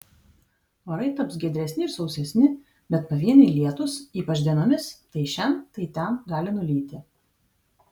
orai taps giedresni ir sausesni bet pavieniai lietūs ypač dienomis tai šen tai ten gali nulyti